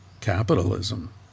capitalism